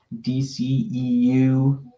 DCEU